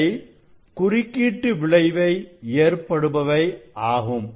இவை குறுக்கீட்டு விளைவு ஏற்படுபவை ஆகும்